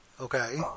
Okay